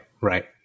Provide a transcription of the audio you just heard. right